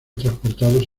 transportados